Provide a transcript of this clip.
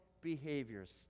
behaviors